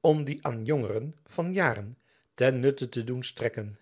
om die aan jongeren van jaren ten nutte te doen strekken